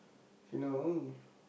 if you know